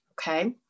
Okay